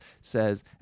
says